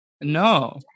No